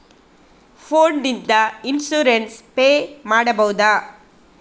Phone ನಿಂದ insurance pay ಮಾಡಬಹುದ?